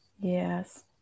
Yes